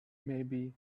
maybe